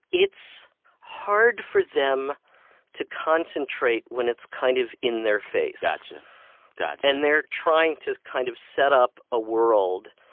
it's hard for them to concentrate when it's kind of in their face got you. got you and they're trying to kind of set up a world,